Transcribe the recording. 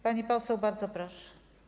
Pani poseł, bardzo proszę.